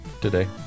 today